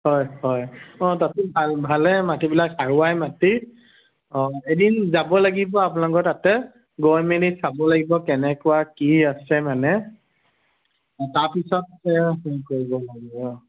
হয় হয় অঁ তাতো ভাল ভালেই মাটিবিলাক সাৰুৱায়েই মাটি অঁ এদিন যাব লাগিব আপোনালোকৰ তাতে গৈ মেলি চাব লাগিব কেনেকুৱা কি আছে মানে অঁ তাৰপিছতহে হেৰি কৰিব লাগিব অঁ